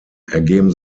ergeben